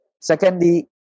Secondly